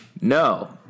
No